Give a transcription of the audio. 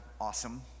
awesome